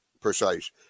precise